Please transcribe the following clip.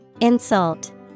Insult